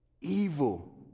evil